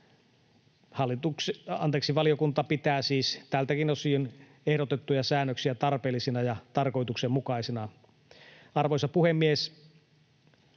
Valiokunta pitää siis tältäkin osin ehdotettuja säännöksiä tarpeellisina ja tarkoituksenmukaisina. Arvoisa puhemies!